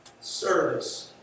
service